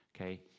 okay